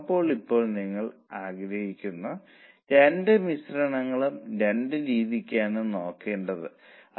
അതിനാൽ ആദ്യം ഈ ശരിയായ കണക്കുകൂട്ടലുകളെല്ലാം കാണിക്കേണ്ടതുണ്ട്